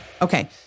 Okay